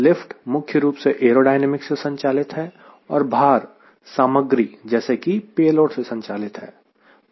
lift मुख्य रूप से एयरोडायनेमिक्स से संचालित है और भार सामग्री जैसे कि पेलोड से संचालित है